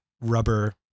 rubber